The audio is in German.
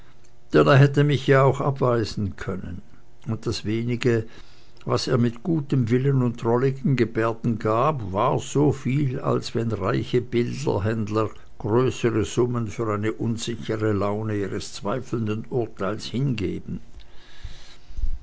er hätte mich ja auch abweisen können und das wenige was er mit gutem willen und drolligen gebärden gab war so viel als wenn reiche bilderhändler größere summen für eine unsichere laune ihres zweifelnden urteiles hingeben